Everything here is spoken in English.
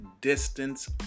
distance